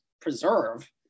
preserve